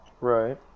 Right